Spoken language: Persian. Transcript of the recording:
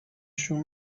شون